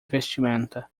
vestimenta